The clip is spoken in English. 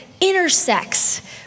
intersects